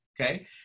okay